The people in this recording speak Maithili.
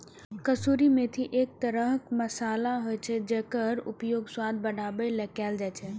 कसूरी मेथी एक तरह मसाला होइ छै, जेकर उपयोग स्वाद बढ़ाबै लेल कैल जाइ छै